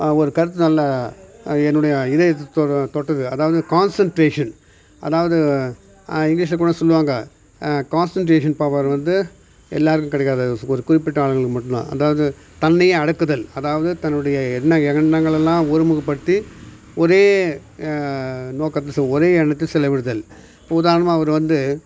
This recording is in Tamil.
ஒரு கருத்து நல்லா என்னுடைய இதயத்தை தொட தொட்டது அதாவது கான்சென்ட்ரேஷன் அதாவது இங்கிலீஷில் கூட சொல்வாங்க கான்சென்ட்ரேஷன் பவர் வந்து எல்லோருக்கும் கெடைக்காது அது ஒரு குறிப்பிட்ட ஆட்களுக்கு மட்டுந்தான் அதாவது தன்னை அடக்குதல் அதாவது தன்னுடைய எண்ண எண்ணங்கள் எல்லாம் ஒருமுகப்படுத்தி ஒரே நோக்கத் திசை ஒரே எண்ணத்தில் செலவிடுதல் இப்போ உதாரணமாக அவர் வந்து